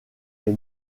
est